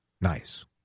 Nice